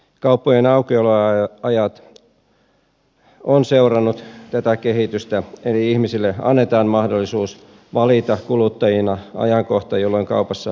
kauppojen aukioloajat ovat seuranneet tätä kehitystä eli ihmisille annetaan mahdollisuus valita kuluttajina ajankohta jolloin kaupassa voi käydä